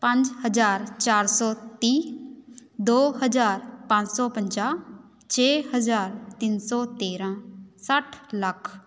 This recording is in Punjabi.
ਪੰਜ ਹਜ਼ਾਰ ਚਾਰ ਸੌ ਤੀਹ ਦੋ ਹਜ਼ਾਰ ਪੰਜ ਸੌ ਪੰਜਾਹ ਛੇ ਹਜ਼ਾਰ ਤਿੰਨ ਸੌ ਤੇਰਾਂ ਸੱਠ ਲੱਖ